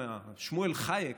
שמואל חייק,